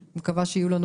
אנחנו פותחים את הדיון.